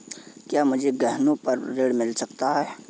क्या मुझे गहनों पर ऋण मिल सकता है?